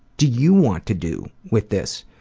do you want to do with this.